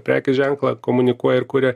prekės ženklą komunikuoja ir kuria